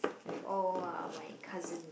with all uh my cousin